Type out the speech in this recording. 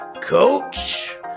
Coach